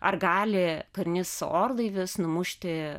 ar gali karinis orlaivis numušti